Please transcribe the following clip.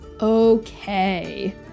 Okay